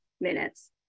minutes